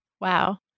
Wow